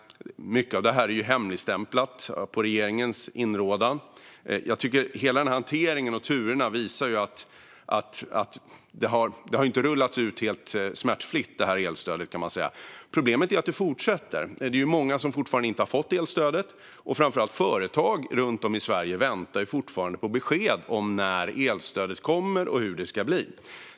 Mycket av detta är hemligstämplat på regeringens inrådan. Hela hanteringen och turerna visar att elstödet inte har rullat ut helt smärtfritt. Problemet är att detta fortsätter. Det är många som fortfarande inte har fått elstödet. Framför allt företag runt om i Sverige väntar fortfarande på besked om när elstödet kommer och hur det ska bli.